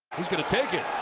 who's going to take it?